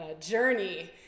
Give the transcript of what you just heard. journey